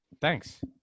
Thanks